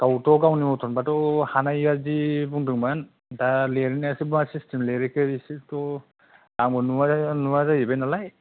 गावथ' गावनि मथनबाथ' हानाय बादि बुंदोंमोन दा लिरनायासो मा सिस्टेम लिरहैखो बेखौथ' आंबो नुवा नुवा जाहैबाय नालाय